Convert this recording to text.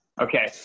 Okay